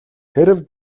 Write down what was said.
хэрэв